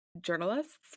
journalists